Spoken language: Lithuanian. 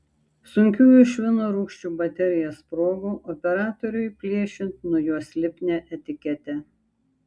sunkiųjų švino rūgščių baterija sprogo operatoriui plėšiant nuo jos lipnią etiketę